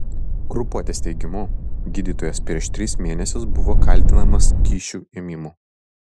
grupuotės teigimu gydytojas prieš tris mėnesius buvo kaltinamas kyšių ėmimu